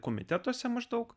komitetuose maždaug